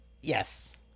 yes